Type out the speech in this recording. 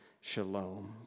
shalom